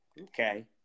Okay